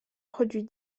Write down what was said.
produit